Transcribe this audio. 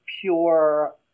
pure